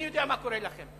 אני יודע מה קורה לכם.